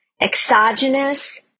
exogenous